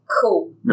Cool